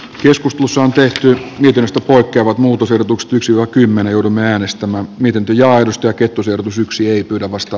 joskus museoon tehty yhdestä poikkeavat muutosehdotukset eksyy a crime neuvomme äänestämään miten työnjohdosta kettusen alkusyksy ei pyydä vasta